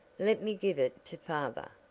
let me give it to father?